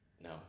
No